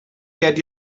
get